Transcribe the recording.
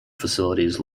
facilities